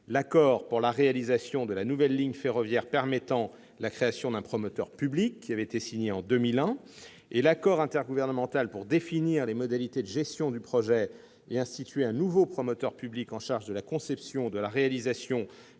pour la réalisation de la nouvelle ligne ferroviaire permettant la création d'un promoteur public, signé en 2001 ; l'accord intergouvernemental pour définir les modalités de gestion du projet et instituer un nouveau promoteur public chargé de la conception, de la réalisation,